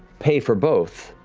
pay for both,